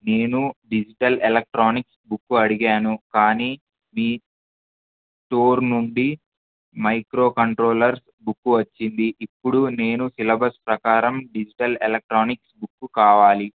నేను digital electronics book అడిగాను కానీ మీ స్టోర్ నుండి మైక్రో కంట్రోలర్స్ బుక్కు వచ్చింది ఇప్పుడు నేను సిలబస్ ప్రకారం డిజిటల్ ఎలక్ట్రానిక్స్ బుక్కు కావాలి